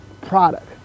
product